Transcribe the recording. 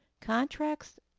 contracts